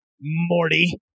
Morty